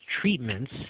treatments